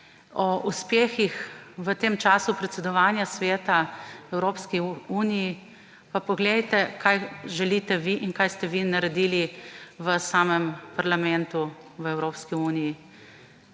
o uspehih v tem času predsedovanja Sveta Evropski uniji, pa poglejte, kaj želite vi in kaj ste vi naredili v samem parlamentu v Evropski uniji.